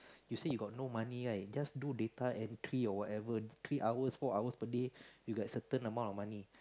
you see you got no money right just do data entry or whatever three hours four hours per day you get certain amount of money